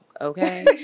okay